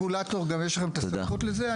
בתור רגולטור גם יש לכם את הסמכות לזה.